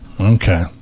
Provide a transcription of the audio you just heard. Okay